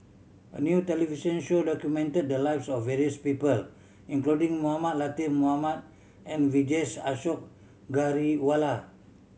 a new television show documented the lives of various people including Mohamed Latiff Mohamed and Vijesh Ashok Ghariwala